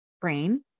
brain